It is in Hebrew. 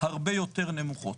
הרבה יותר נמוכות.